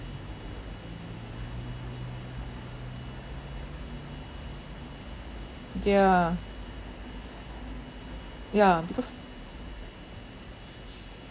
ya ya because